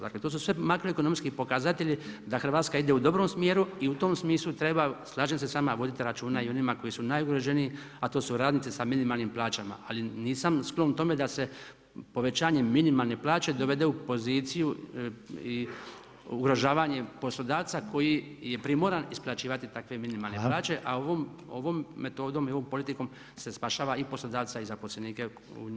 Dakle, to su sve makroekonomski pokazatelji da Hrvatske ide u dobrom smjeru i u tom smislu treba, slažem se vama, voditi računa i o onima koji su najugroženiji, a to su radnici sa minimalnim plaća ali nisam sklon tome da se povećanjem minimalne plaće dovede u poziciju ugrožavanje poslodavca koji je primoran isplaćivati takve minimalne plaće a ovom metodom i politikom se spašava zaposlenika kod tih poslodavaca.